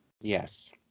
Yes